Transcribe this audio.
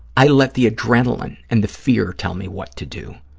i let the adrenaline and the fear tell me what to do,